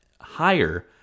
higher